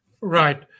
Right